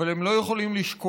אבל הם לא יכולים לשכוח,